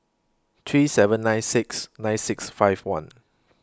three seven nine six nine six five one